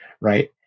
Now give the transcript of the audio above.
right